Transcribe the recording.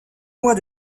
mois